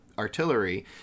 artillery